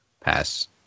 pass